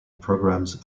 programmes